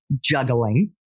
juggling